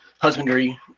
husbandry